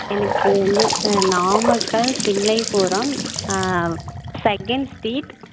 எனக்கு வந்து ஆ நாமக்கல் தில்லைபுரம் செகெண்ட் ஸ்ட்ரீட்